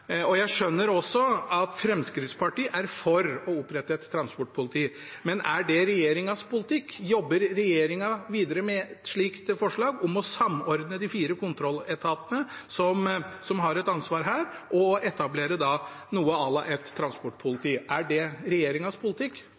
og jeg skjønner også at Fremskrittspartiet er for å opprette et transportpoliti. Men er det regjeringens politikk? Jobber regjeringen videre med et forslag om å samordne de fire kontrolletatene som har et ansvar her, og etablere noe à la et transportpoliti? Er det regjeringens politikk?